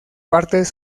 partes